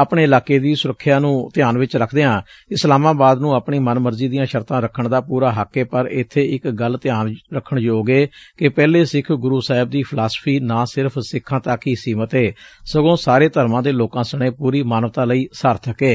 ਆਪਣੇ ਇਲਾਕੇ ਦੀ ਸੁਰੱਖਿਆ ਨੂੰ ਧਿਆਨ ਵਿਚ ਰਖਦਿਆਂ ਇਸਲਾਮਾਬਾਦ ਨੁੰ ਆਪਣੀ ਮਨ ਮਰਜ਼ੀ ਦੀਆਂ ਸ਼ਰਤਾਂ ਰੱਖਣ ਦਾ ਪੁਰਾ ਹੱਕ ਏ ਪਰ ਇੱਬੇ ਇਕ ਗੱਲ ਧਿਆਨ ਰੱਖਣ ਯੋਗ ਏ ਕਿ ਪਹਿਲੇ ਸਿੱਖ ਗੁਰੂ ਸਾਹਿਬ ਦੀ ਫਿਲਾਸਫੀ ਨਾ ਸਿਰਫ਼ ਸਿੱਖਾਂ ਤੱਕ ਹੀ ਸੀਮਿਤ ਏ ਸਗੋਂ ਸਾਰੇ ਧਰਮਾਂ ਦੇ ਲੋਕਾਂ ਸਣੇ ਪੂਰੀ ਮਾਨਵਤਾ ਲਈ ਸਾਰਥਕ ਏ